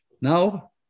Now